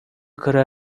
кыра